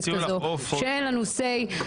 שאין לנו אמירה.